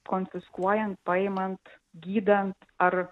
konfiskuojant paimant gydant ar